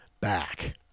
back